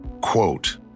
quote